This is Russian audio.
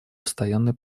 постоянной